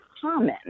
common